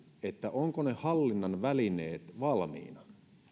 ovatko ne hallinnan välineet valmiina